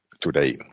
today